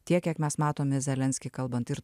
tiek kiek mes matome zelenskį kalbant ir